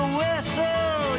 whistle